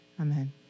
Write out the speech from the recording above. amen